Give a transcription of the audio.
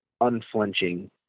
unflinching